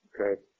Okay